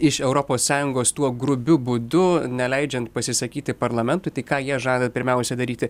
iš europos sąjungos tuo grubiu būdu neleidžiant pasisakyti parlamentui tai ką jie žada pirmiausia daryti